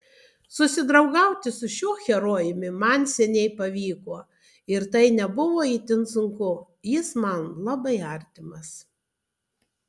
susidraugauti su šiuo herojumi man seniai pavyko ir tai nebuvo itin sunku jis man labai artimas